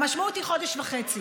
המשמעות היא חודש וחצי.